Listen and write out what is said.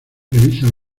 revisa